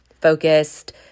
focused